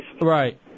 Right